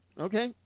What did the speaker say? okay